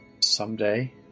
someday